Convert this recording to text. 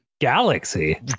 Galaxy